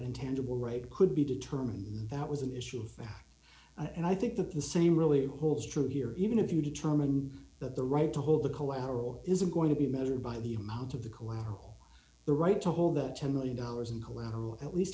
intangible right could be determined that was an issue and i think that the same really holds true here even if you determine that the right to hold the collateral isn't going to be measured by the amount of the collateral the right to hold that ten million dollars in collateral at least